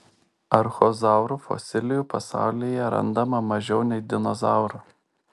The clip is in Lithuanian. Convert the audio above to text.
archozaurų fosilijų pasaulyje randama mažiau nei dinozaurų